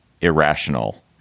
irrational